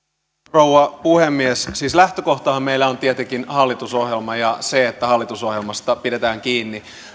rouva puhemies siis lähtökohtahan meillä on tietenkin hallitusohjelma ja se että hallitusohjelmasta pidetään kiinni